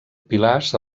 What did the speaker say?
pilars